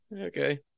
okay